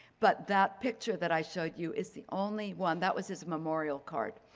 but that picture that i show you is the only one. that was his memorial card.